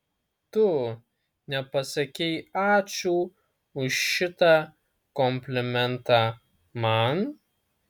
tu nepasakei ačiū už šitą komplimentą man